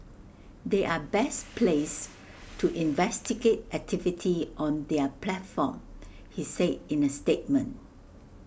they are best placed to investigate activity on their platform he say in A statement